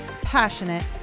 passionate